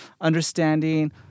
understanding